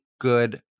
good